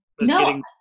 No